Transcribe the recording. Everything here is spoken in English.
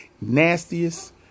nastiest